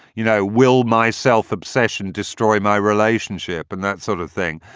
you know, will my self-obsession destroy my relationship and that sort of thing.